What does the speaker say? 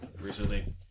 recently